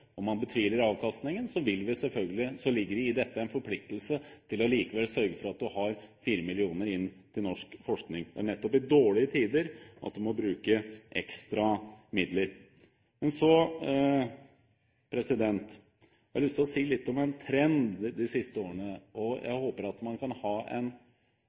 man betviler avkastningen, ligger det i dette en forpliktelse til likevel å sørge for at man får 4 mrd. kr inn til norsk forskning. Det er nettopp i dårlige tider man må bruke ekstra midler. Så har jeg lyst til å si litt om en trend de siste årene. Jeg håper at man kan ha en